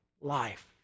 life